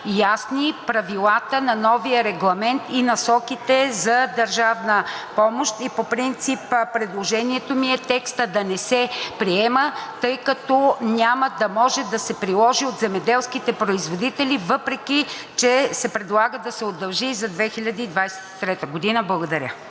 ясни правилата на новия регламент и насоките за държавна помощ. По принцип предложението ми е: текстът да не се приема, тъй като няма да може да се приложи от земеделските производители, въпреки че се предлага да се удължи и за 2023 г. Благодаря.